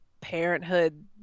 parenthood